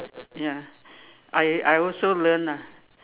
ya I I also learn ah